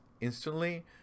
instantly